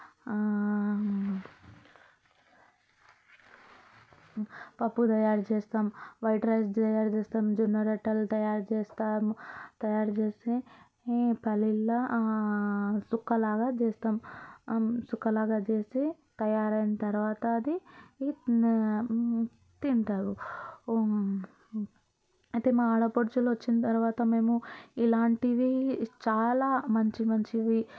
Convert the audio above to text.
పప్పు తయారు చేస్తాం వైట్ రైస్ తయారు చేస్తాం జొన్న రొట్టెలు తయారు చేస్తాము తయారుచేసి పల్లీలలో సుక్కాలాగా చేస్తాం సుక్కాలాగా చేసి తయారు అయిన తర్వాత అది తింటారు అయితే మా ఆడపడుచులు వచ్చిన తర్వాత మేము ఇలాంటివి చాలా మంచి మంచివి